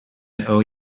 owe